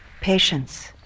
Patience